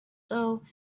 though